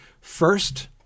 First